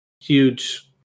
huge